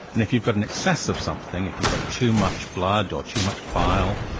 and if you've got an excess of something, if you've got too much blood or too much bile,